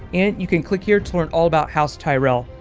and you can click here to learn all about house tyrell.